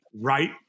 right